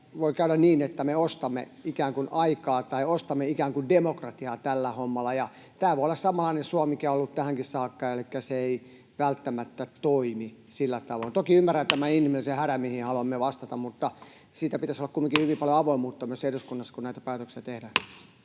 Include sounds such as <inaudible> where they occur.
voi käydä niin, että me ostamme ikään kuin aikaa tai ostamme ikään kuin demokratiaa tällä hommalla, ja tämä voi olla samanlainen suo, mikä on ollut tähänkin saakka, elikkä se ei välttämättä toimi sillä tavoin. Toki ymmärrän tämän inhimillisen hädän, <noise> mihin haluamme vastata, mutta siitä pitäisi olla kumminkin hyvin paljon avoimuutta myös eduskunnassa, kun näitä päätöksiä tehdään.